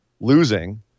losing